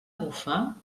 bufar